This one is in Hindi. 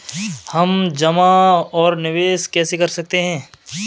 हम जमा और निवेश कैसे कर सकते हैं?